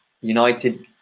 United